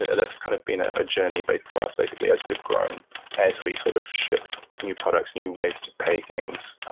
that's kind of been a journey but for us basically as we've grown as we sort of shipped new products, new ways to pay things,